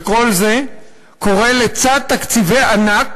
וכל זה קורה לצד תקציבי ענק